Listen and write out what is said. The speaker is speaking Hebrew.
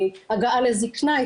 הגעה לזקנה,